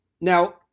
now